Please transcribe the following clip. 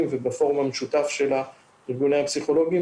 ובפורום המשותף של ארגוני הפסיכולוגים,